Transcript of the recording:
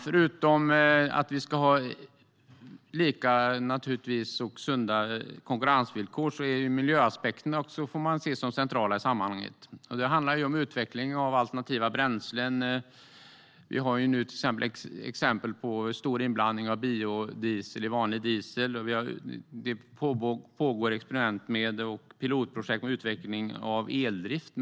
Förutom att vi ska ha lika och sunda konkurrensvillkor är miljöaspekterna centrala i sammanhanget. Det handlar om utveckling av alternativa bränslen. Vi har nu exempel på stor inblandning av biodiesel i vanlig diesel. Det pågår experiment och pilotprojekt med utveckling av eldrift.